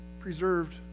preserved